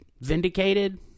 vindicated